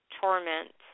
torment